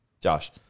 Josh